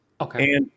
Okay